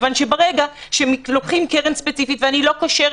כיוון שברגע שלוקחים קרן ספציפית ואני לא קושרת